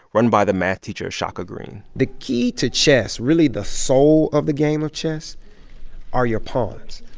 run by the math teacher shaka greene the key to chess, really the soul of the game of chess are your pawns.